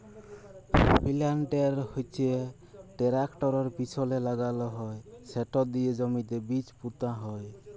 পিলান্টের হচ্যে টেরাকটরের পিছলে লাগাল হয় সেট দিয়ে জমিতে বীজ পুঁতা হয়